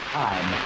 time